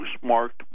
postmarked